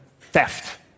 theft